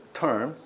term